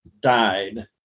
died